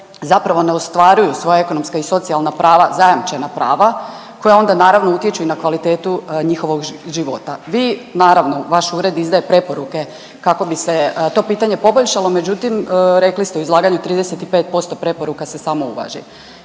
zapravo ne ostvaruju svoja ekonomska i socijalna prava zajamčena prava koja onda naravno utječu i na kvalitetu njihovog života. Vi, naravno, vaš Ured izdaje preporuke kako bi se to pitanje poboljšalo, međutim, rekli ste u izlaganju, 35% preporuka se samo uvaži.